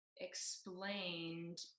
explained